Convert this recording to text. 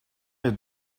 est